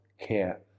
care